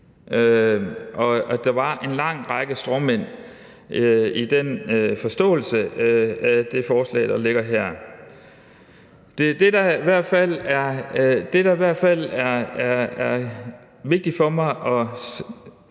og der var en lang række stråmænd i forståelsen af det forslag, der ligger her. Det, der i hvert fald er vigtigt for mig at